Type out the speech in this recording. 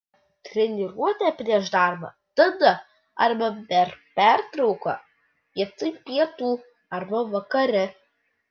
treniruotė prieš darbą tada arba per pertrauką vietoj pietų arba vakare